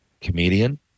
comedian